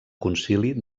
concili